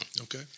Okay